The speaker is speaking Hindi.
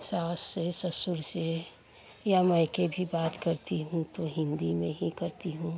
सास से ससुर से या मायके भी बात करती हूँ तो हिन्दी में ही करती हूँ